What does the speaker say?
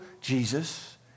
Jesus